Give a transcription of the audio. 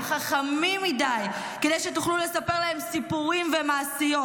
הם חכמים מכדי שתוכל לספר להם סיפורים ומעשיות,